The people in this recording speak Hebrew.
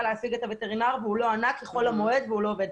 להשיג את הווטרינר והוא לא ענה כי חול המועד והוא לא עובד.